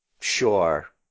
sure